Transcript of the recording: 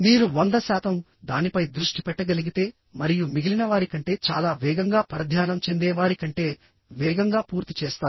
మీరు 100 శాతం దానిపై దృష్టి పెట్టగలిగితే మరియు మిగిలిన వారి కంటే చాలా వేగంగా పరధ్యానం చెందే వారి కంటే వేగంగా పూర్తి చేస్తారు